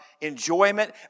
enjoyment